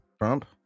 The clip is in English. Trump